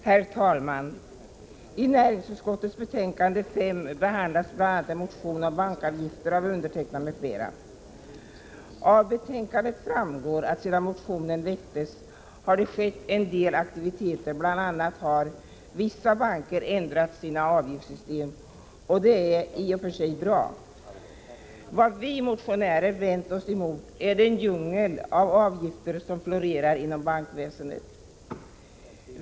Herr talman! I näringsutskottets betänkande 5 behandlas bl.a. en motion om bankavgifter, vilken väckts av mig och några andra ledamöter. Av betänkandet framgår att en del aktiviteter förekommit sedan motionen väcktes. Bl. a. har vissa banker ändrat sina avgiftssystem, och det är i och för sig bra. Vad vi motionärer har vänt oss emot är den djungel av avgifter som florerar inom bankväsendet.